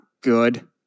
good